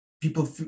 people